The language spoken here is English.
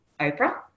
Oprah